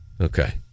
Okay